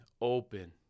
open